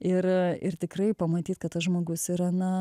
ir ir tikrai pamatyt kad tas žmogus yra na